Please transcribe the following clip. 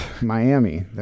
Miami